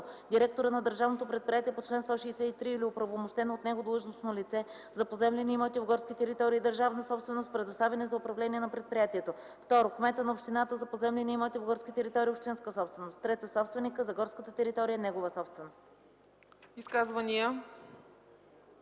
директора на държавното предприятие по чл. 163 или оправомощено от него длъжностно лице – за поземлени имоти в горски територии – държавна собственост, предоставени за управление на предприятието; 2. кмета на общината – за поземлени имоти в горски територии – общинска собственост; 3. собственика – за горската територия, негова собственост.”